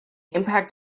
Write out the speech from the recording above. impact